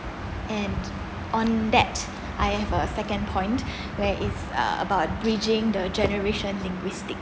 and on that I have a second point where is uh about bridging the generation linguistic